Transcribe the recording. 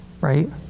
right